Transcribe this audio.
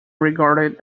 regarded